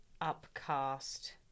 upcast